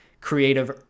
creative